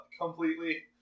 Completely